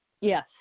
Yes